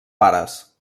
pares